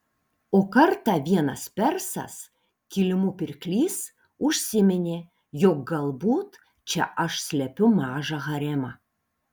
o kartą vienas persas kilimų pirklys užsiminė jog galbūt čia aš slepiu mažą haremą